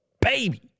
baby